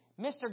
Mr